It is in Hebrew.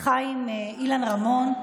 אילן רמון.